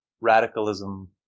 radicalism